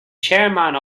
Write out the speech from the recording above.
chairman